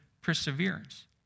perseverance